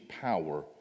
power